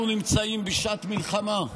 אנחנו נמצאים בשעת מלחמה.